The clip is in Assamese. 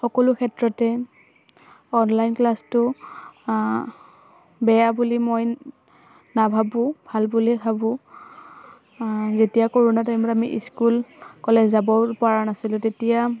সকলো ক্ষেত্ৰতে অনলাইন ক্লাছটো বেয়া বুলি মই নাভাবোঁ ভাল বুলি ভাবোঁ যেতিয়া কৰোণা টাইমত আমি স্কুল কলেজ যাব পৰা নাছিলোঁ তেতিয়া